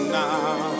now